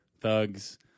thugs